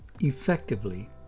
effectively